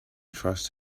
trust